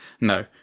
No